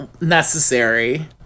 necessary